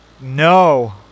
no